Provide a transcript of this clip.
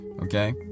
okay